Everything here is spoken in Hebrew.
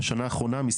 בשנה אחרונה,